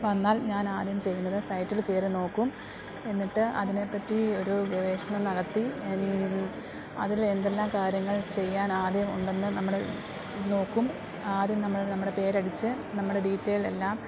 വന്നാൽ ഞാനാദ്യം ചെയ്യുന്നത് സൈറ്റിൽ കയറി നോക്കും എന്നിട്ട് അതിനെ പറ്റി ഒരു ഗവേഷണം നടത്തി അതിൽ അതിലെന്തെല്ലാം കാര്യങ്ങൾ ചെയ്യാനാദ്യം ഉണ്ടെന്നു നമ്മള് നോക്കും ആദ്യം നമ്മൾ നമ്മുടെ പേരടിച്ച് നമ്മുടെ ഡീറ്റെയ്ലെല്ലാം